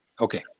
Okay